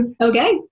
Okay